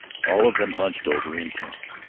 all of them hunched over, intent.